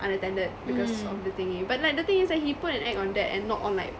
unattended because of the thingy but like the thing is like he put an act on that and not on like